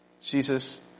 Jesus